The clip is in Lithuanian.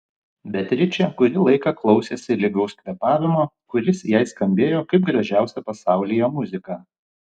beatričė kurį laiką klausėsi lygaus kvėpavimo kuris jai skambėjo kaip gražiausia pasaulyje muzika